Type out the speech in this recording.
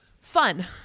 Fun